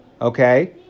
okay